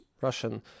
Russian